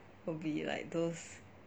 would be like those